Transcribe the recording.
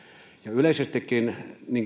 yleisestikin